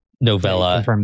novella